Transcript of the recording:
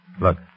Look